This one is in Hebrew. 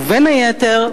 ובין היתר,